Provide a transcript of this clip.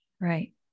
Right